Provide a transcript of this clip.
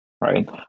right